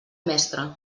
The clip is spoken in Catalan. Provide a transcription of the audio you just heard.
mestre